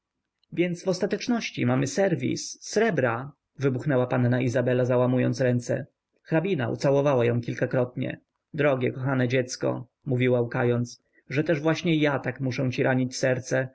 więc w ostateczności mamy serwis srebra wybuchnęła panna izabela załamując ręce hrabina ucałowała ją kilkakrotnie drogie kochane dziecko mówiła łkając że też właśnie ja muszę tak ranić ci serce